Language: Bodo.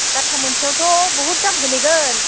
गाथा मोनसेयावथ' बुहुद दाम गोग्लैगोन